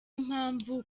mpamvu